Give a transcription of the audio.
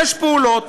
שש פעולות.